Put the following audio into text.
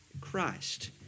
Christ